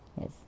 Yes